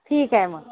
ठीक आहे मग